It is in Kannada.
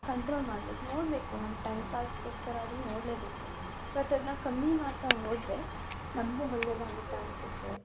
ಕಂಟ್ರೋಲ್ ಮಾಡ್ಬೇಕು ನೋಡಬೇಕು ನಮ್ಮ ಟೈಮ್ ಪಾಸ್ಗೋಸ್ಕರ ಆದರೂ ನೋಡಲೇಬೇಕು ಮತ್ತು ಅದನ್ನ ಕಮ್ಮಿ ಮಾಡ್ತಾ ಹೋದರೆ ನಮಗೂ ಒಳ್ಳೆದಾಗುತ್ತೆ ಅನ್ನಿಸುತ್ತೆ